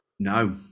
No